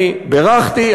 אני בירכתי,